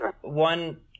One